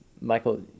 Michael